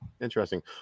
Interesting